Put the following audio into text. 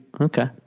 Okay